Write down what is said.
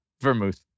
Vermouth